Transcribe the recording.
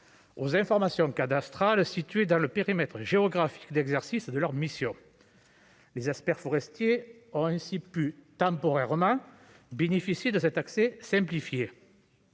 aux informations cadastrales dans le périmètre géographique d'exercice de leur mission. Les experts forestiers ont ainsi pu temporairement bénéficier de cet accès simplifié